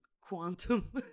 quantum